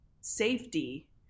safety